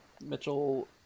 Mitchell